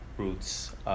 roots